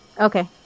Okay